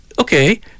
okay